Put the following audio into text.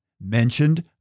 mentioned